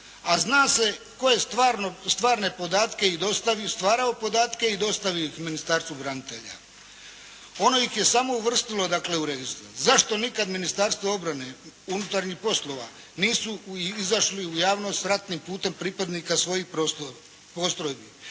podatke i stvarao podatke i dostavio ih Ministarstvu branitelja. Ono ih je samo uvrstilo dakle u registar. Zašto nikad Ministarstvo obrane, unutarnjih poslova nisu izašli u javnost ratnim putem pripadnika svojih postrojbi?